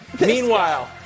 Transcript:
Meanwhile